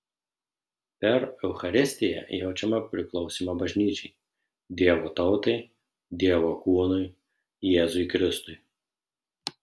per eucharistiją jaučiame priklausymą bažnyčiai dievo tautai dievo kūnui jėzui kristui